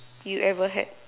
you ever had